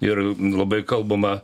ir labai kalbama